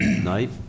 night